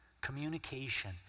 Communication